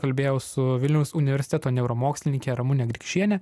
kalbėjau su vilniaus universiteto neuromokslininke ramune grikšiene